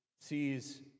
sees